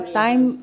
time